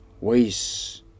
ways